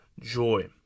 joy